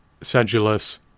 sedulous